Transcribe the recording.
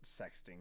sexting